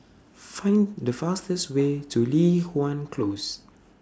Find The fastest Way to Li Hwan Close